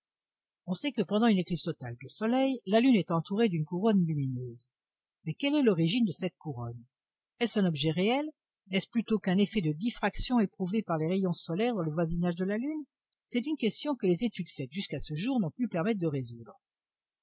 on sait que pendant une éclipse totale de soleil la lune est entourée d'une couronne lumineuse mais quelle est l'origine de cette couronne est-ce un objet réel n'est-ce plutôt qu'un effet de diffraction éprouvé par les rayons solaires dans le voisinage de la lune c'est une question que les études faites jusqu'à ce jour n'ont pu permettre de résoudre